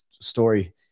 story